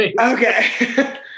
Okay